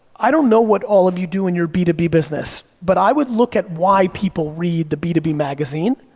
i don't know what all of you do in your b two b business, but i would look at why people read the b two b magazine,